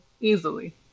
easily